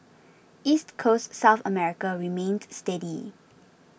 East Coast South America remained steady